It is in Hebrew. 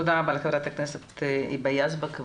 תודה רבה לח"כ היבה יזבק.